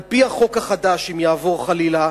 על-פי החוק החדש, אם יעבור חלילה,